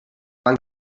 van